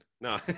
No